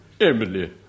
Emily